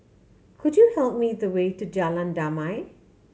could you tell me the way to Jalan Damai